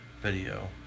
Video